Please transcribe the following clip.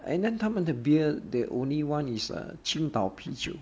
and then 他们的 beer the only one is err 青岛啤酒